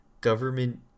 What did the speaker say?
government